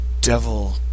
Devil